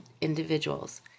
individuals